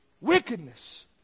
Wickedness